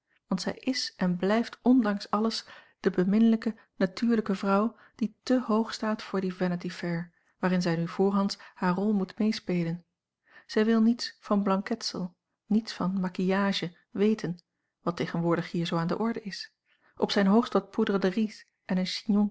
want zij is en blijft ondanks alles de beminlijke natuurlijke vrouw die te hoog staat voor die vanity fair waarin zij nu voorhands haar rol moet meespelen zij wil niets van blanketsel niets van maquillage weten wat tegenwoordig hier zoo aan de orde is op zijn hoogst wat poudre de riz en een